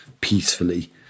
peacefully